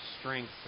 strength